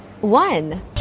one